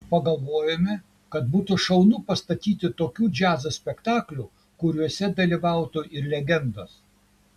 pagalvojome kad būtų šaunu pastatyti tokių džiazo spektaklių kuriuose dalyvautų ir legendos